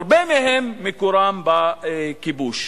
הרבה מהם מקורם בכיבוש.